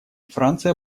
франция